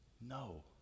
no